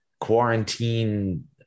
quarantine